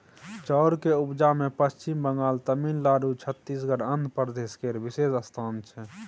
चाउर के उपजा मे पच्छिम बंगाल, तमिलनाडु, छत्तीसगढ़, आंध्र प्रदेश केर विशेष स्थान छै